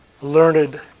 learned